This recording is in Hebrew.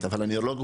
נורא,